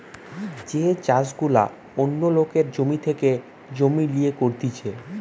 যে চাষ গুলা অন্য লোকের থেকে জমি লিয়ে করতিছে